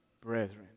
brethren